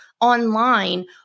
online